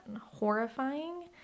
horrifying